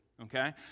Okay